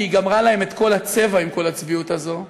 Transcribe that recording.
כי היא גמרה להם את כל הצבע עם כל הצביעות הזו,